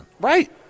Right